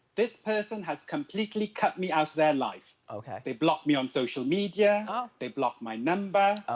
this person has completely cut me out of their life. okay. they blocked me on social media, ah they blocked my number. oh.